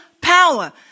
power